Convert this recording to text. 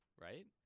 Right